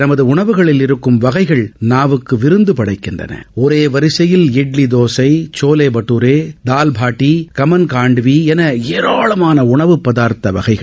நமது உணவுகளில் இருக்கும் வகைகள் நாவுக்கு விருந்து படைக்கின்றன ஒரே வரிசையில் இட்லி தோசை சோலே பட்டுரே தால்பாட்ட கமள் காண்ட்வீ என ஏராளமான உணவு பதார்த்த வகைகள்